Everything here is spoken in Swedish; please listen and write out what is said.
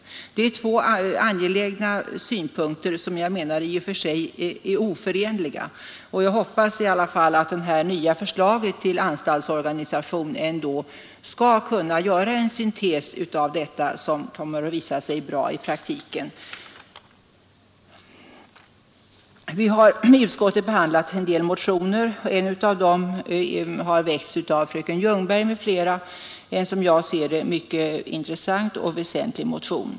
Det är två angelägna synpunkter som i och för sig är oförenliga. Jag hoppas i alla fall att det nya förslaget till anstaltsorganisation ändå skall kunna göra en syntes av detta som kommer att visa sig fungera bra i praktiken. Vi har i utskottet behandlat en del motioner. En av dem har väckts av fröken Ljungberg m.fl., och det är som jag ser det en mycket intressant och väsentlig motion.